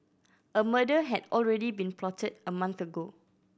a murder had already been plotted a month ago